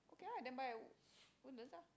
okay ah then buy at woo~ Woodlands ah